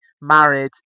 married